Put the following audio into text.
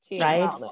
right